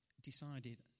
decided